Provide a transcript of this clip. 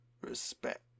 respect